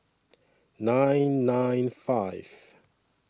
nine nine five